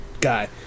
guy